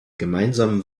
gemeinsamen